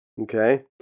Okay